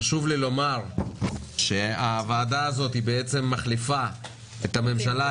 חשוב לי לומר שהוועדה הזאת מחליפה את הממשלה,